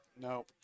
No